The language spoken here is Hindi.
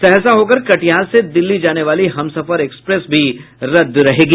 सहरसा होकर कटिहार से दिल्ली जाने वाली हमसफर एक्सप्रेस भी रद्द रहेगी